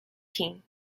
team